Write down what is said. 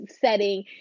setting